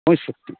পঁয়ষট্টি